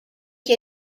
que